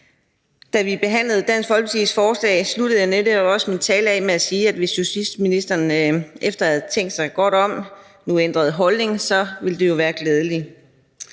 Da vi behandlede Dansk Folkepartis forslag, sluttede jeg netop også min tale af med at sige, at hvis justitsministeren nu efter at have tænkt sig godt om ændrede holdning, så ville det jo være glædeligt.